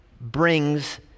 brings